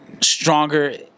Stronger